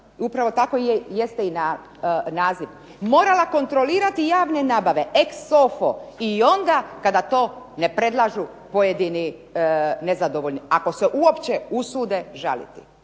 upravo tako i jeste naziv, morala kontrolirati javne nabave ex offo i onda kada to ne predlažu pojedini nezadovoljni ako se uopće usude žaliti.